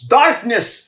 darkness